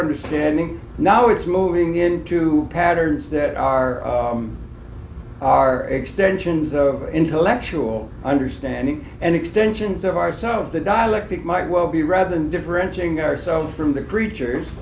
understanding now it's moving into patterns that are our extensions of intellectual understanding and extensions of our some of the dialectic might well be rather than differentiating ourselves from the creatures